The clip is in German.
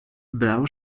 blau